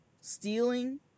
stealing